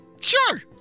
sure